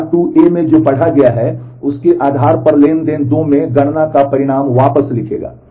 तो w w2 में जो पढ़ा गया है उसके आधार पर ट्रांज़ैक्शन 2 में गणना का परिणाम वापस लिखेगा